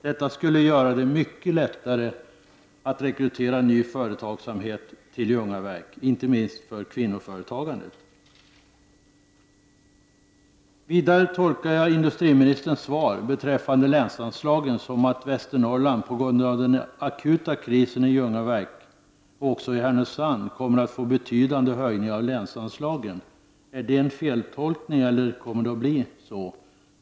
Detta skulle göra det mycket lättare att rekrytera ny företagsamhet till Ljungaverk, inte minst när det gäller kvinnoförtagande. Vidare tolkar jag industriministerns svar beträffande länsanslagen som att Västernorrland på grund av den akuta krisen i Ljungaverk också i Härnösand kommer att få betydande höjningar av länsanslagen. Är detta en feltolkning, eller kommer det att bli så?